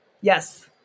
Yes